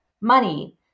money